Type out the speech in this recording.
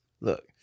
look